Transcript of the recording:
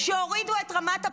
שהורידו את רמת הפשיעה,